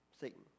Satan